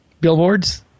Billboards